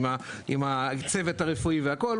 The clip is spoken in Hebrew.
עם הצוות הרפואי והכל,